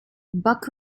buck